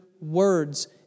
words